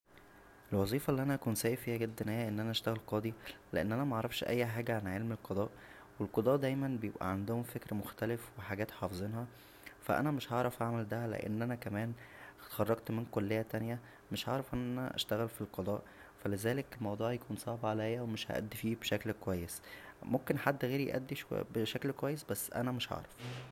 الوظيفه اللى انا هكون سىء فيها جدا هى ان انا اشتغل قاضى لان انا معرفش اى حاجه عن علم القضاء و القضاه دايما بيبقى عندهم فكر مختلف وحاجات حفظينها فا انا مش هعرف اعمل دا لان انا كمان اتخرجت من كليه تانيه مش هعرف ان انا اشتغل فالقضاء فلذلك الموضوع هيكون صعب عليا و مش هادى فيه بشكل كويس ممكن حدد غيرى يادى شو- بشكل كويس بس انا مش هعرف